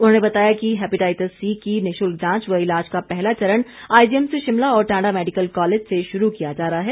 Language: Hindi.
उन्होंने बताया कि हेपेटाइटिस सी की निशुल्क जांच व ईलाज का पहला चरण आईजीएमसी शिमला और टांडा मैडिकल कॉलेज से शुरू किया जा रहा है